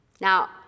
Now